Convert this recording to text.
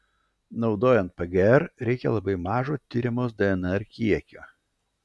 naudojant pgr reikia labai mažo tiriamos dnr kiekio